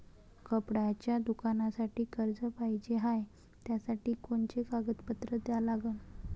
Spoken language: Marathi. कपड्याच्या दुकानासाठी कर्ज पाहिजे हाय, त्यासाठी कोनचे कागदपत्र द्या लागन?